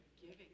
Giving